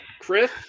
Chris